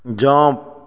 jump